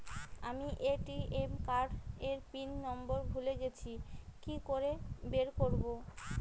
আমি ATM card এর pin number ভুলে গেছি কি করে বের করব?